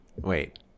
Wait